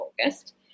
August